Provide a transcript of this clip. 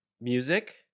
music